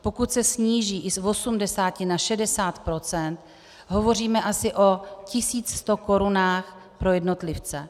Pokud se sníží z 80 na 60 %, hovoříme asi o 1 100 korunách pro jednotlivce.